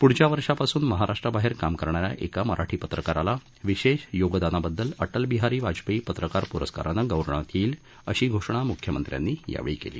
प्ढच्या वर्षापासून महाराष्ट्रा बाहेर काम करणा या एका मराठी पत्रकाराला विशेष योगदानाबद्दल अटलबिहारी वाजपेयी पत्रकार पुरस्कारानं गौरवण्यात येईल अशी घोषणा मुख्यमंत्र्यांनी यावेळी केली